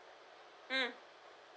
mm